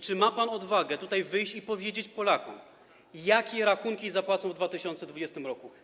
Czy ma pan odwagę tutaj wyjść i powiedzieć Polakom, jakie rachunki zapłacą w 2020 r.